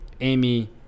amy